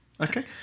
Okay